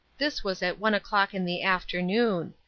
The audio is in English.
this was at one o'clock in the afternoon.